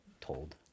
told